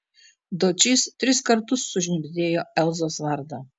dočys tris kartus sušnibždėjo elzos vardą